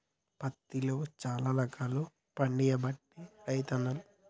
పత్తిలో శానా రకాలు పండియబట్టే రైతన్నలు